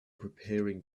preparing